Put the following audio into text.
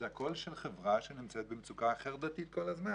זה הכול של חברה שנמצאת במצוקה חרדתית כל הזמן.